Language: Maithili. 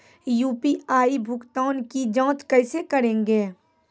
यु.पी.आई भुगतान की जाँच कैसे करेंगे?